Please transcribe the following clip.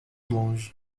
longe